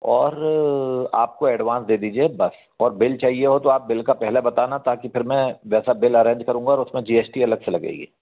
और आप तो एडवांस दे दीजिए बस और बिल चाहियए हो तो बिल का पहला बताना ताकि मैं वैसा बिल अरैन्ज करूँगा और उसमें जी एस टी अलग से लगेगी